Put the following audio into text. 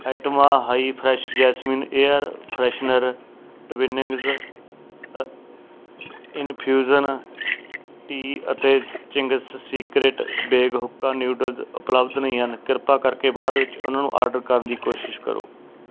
ਆਈਟਮਾਂ high fresh jasmine air freshener Twinings infusion tea ਅਤੇ Ching's secret veg hakka noodles ਉਪਲੱਬਧ ਨਹੀਂ ਹਨ ਕਿਰਪਾ ਕਰਕੇ ਬਾਅਦ ਵਿੱਚ ਉਨ੍ਹਾਂ ਨੂੰ ਆਡਰ ਕਰਨ ਦੀ ਕੋਸ਼ਿਸ਼ ਕਰੋ